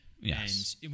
Yes